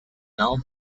now